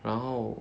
然后